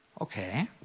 Okay